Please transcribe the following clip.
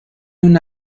una